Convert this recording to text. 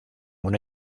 una